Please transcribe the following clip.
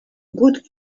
good